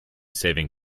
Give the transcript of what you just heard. saving